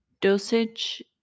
dosage